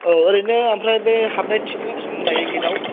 औ ओरैनो ओमफ्राय बे हाबनाय टिकिटआ बिसिबां लायो गेटआव